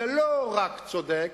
זה לא רק צודק,